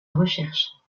recherche